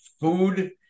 food